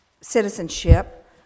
citizenship